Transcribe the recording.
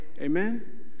amen